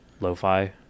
lo-fi